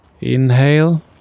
inhale